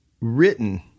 written